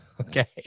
Okay